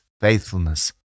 faithfulness